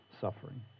suffering